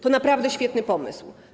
To naprawdę świetny pomysł.